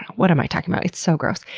what am i talking about? it's so gross.